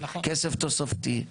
כסף תוספתי.